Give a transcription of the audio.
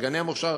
שגני מוכש"ר